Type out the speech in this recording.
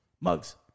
Mugs